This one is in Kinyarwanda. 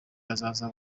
bazaza